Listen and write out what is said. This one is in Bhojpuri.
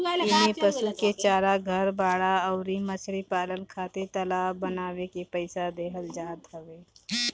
इमें पशु के चारा, घर, बाड़ा अउरी मछरी पालन खातिर तालाब बानवे के पईसा देहल जात हवे